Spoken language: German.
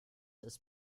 ist